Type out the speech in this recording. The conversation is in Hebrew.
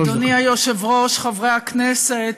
אדוני היושב-ראש, חברי הכנסת,